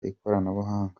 ikoranabuhanga